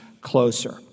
closer